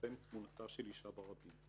לפרסם תמונתה של אישה ברבים.